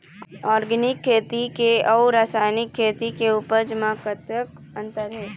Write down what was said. Organic खेती के अउ रासायनिक खेती के उपज म कतक अंतर हे?